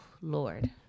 Lord